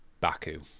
Baku